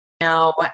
Now